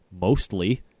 mostly